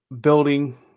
building